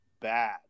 bad